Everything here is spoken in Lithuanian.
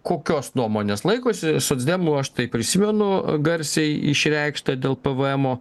kokios nuomonės laikosi socdemų aš tai prisimenu garsiai išreikštą dėl pvemo